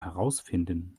herausfinden